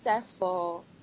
successful